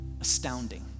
astounding